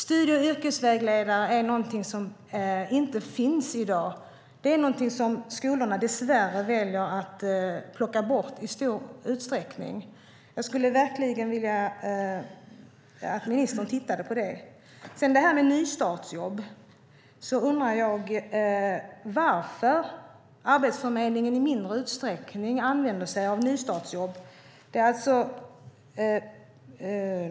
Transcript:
Studie och yrkesvägledare är någonting som inte finns i dag. Det är någonting som skolorna dess värre väljer att plocka bort i stor utsträckning. Jag skulle verkligen vilja att ministern tittade på det. Jag undrar också varför Arbetsförmedlingen nu använder sig av nystartsjobb i mindre utsträckning.